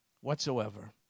whatsoever